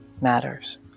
matters